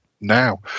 now